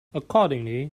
accordingly